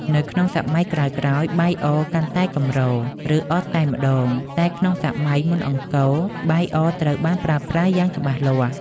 នៅក្នុងសម័យក្រោយៗ បាយអរកាន់តែកម្រ ឬអត់តែម្តង តែក្នុងសម័យមុនអង្គរ បាយអរត្រូវបានប្រើប្រាស់យ៉ាងច្បាស់លាស់។